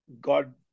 God